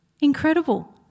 Incredible